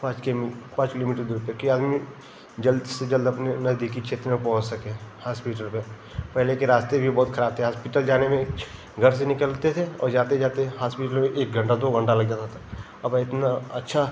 पाँच K M पाँच kilometre दूरी पर कि आदमी जल्द से जल्द अपने नजदीकी क्षेत्र में पहुँच सके हास्पिटल में पहले के रास्ते भी बहुत खराब थे हास्पिटल जाने में घर से निकलते थे और जाते जाते हास्पिटल में एक घंटा दो घंटा लग जाता था अब इतना अच्छा